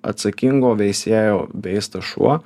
atsakingo veisėjo veistas šuo